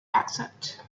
accent